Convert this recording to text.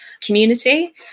community